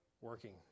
working